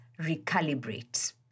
recalibrate